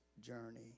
journey